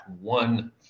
one